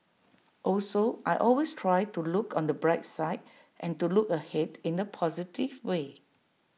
also I always try to look on the bright side and to look ahead in A positive way